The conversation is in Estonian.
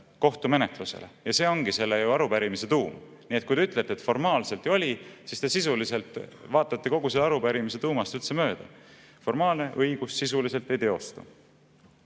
kohtumenetlusele. Ja see ongi selle arupärimise tuum. Nii et kui te ütlete, et formaalselt ju oli, siis te sisuliselt vaatate kogu selle arupärimise tuumast üldse mööda. Formaalne õigus sisuliselt ei teostu. Ja